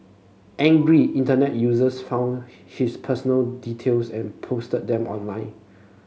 angry Internet users found his personal details and posted them online